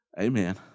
Amen